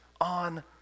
on